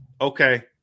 Okay